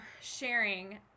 sharing